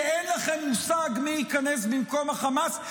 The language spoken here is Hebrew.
כי אין לכם מושג מי ייכנס במקום חמאס,